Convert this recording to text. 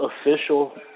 official